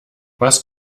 was